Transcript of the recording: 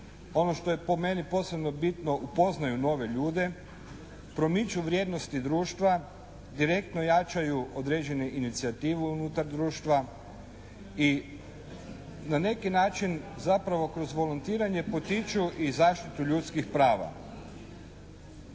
Ono što je po meni posebno bitno upoznaju nove ljude, proniču vrijednosti društva. Direktno jačaju određene inicijative unutar društva i na neki način zapravo kroz volontiranje potiču i zaštitu ljudskih prava.